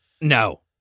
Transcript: No